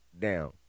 down